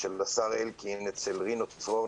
של השר אלקין אצל רינו צרור,